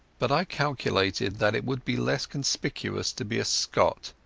but i calculated that it would be less conspicuous to be a scot,